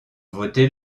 votez